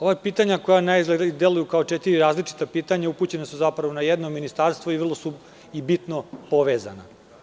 Ovo su pitanja koja naizgled deluju kao četiri različita pitanja, a upućena su zapravo na jedno ministarstvo i vrlo su bitno povezana.